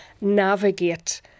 navigate